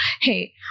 hey